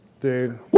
dude